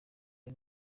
iyo